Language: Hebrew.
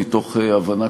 מתוך הבנה,